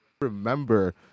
remember